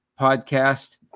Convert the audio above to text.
podcast